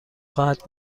خواهد